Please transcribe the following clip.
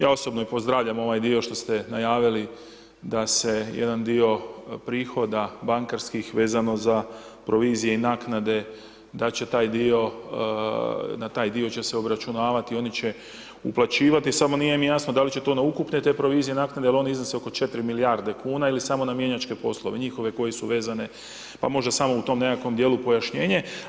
Ja osobno i pozdravljam ovaj dio što ste najavili da se jedan dio prihoda bankarskih vezano za provizije i naknade, da će taj dio, na taj dio će se obračunavati i oni će uplaćivati, samo nije mi jasno da li će to na ukupne te provizije naknade, jer oni iznose oko 4 milijarde kuna, ili samo na mjenjačke poslove, njihove koji su vezane, pa možda samo u tom nekakvom dijelu pojašnjenje.